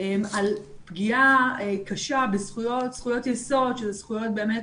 על פגיעה קשה בזכויות יסוד שזה זכויות באמת